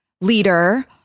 leader